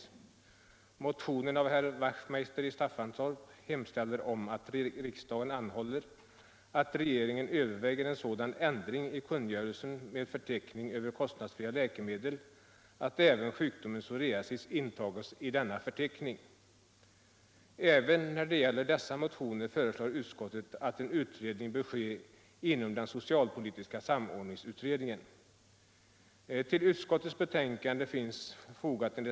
I motionen av herr Wachtmeister i Staffanstorp hemställs att riksdagen anhåller att regeringen överväger en sådan ändring i kungörelsen med förteckning över kostnadsfria läkemedel, att även sjukdomen psoriasis intages i denna förteckning. Också när det gäller dessa motioner föreslår utskottet att en utredning bör ske inom den socialpolitiska samordningsutredningen.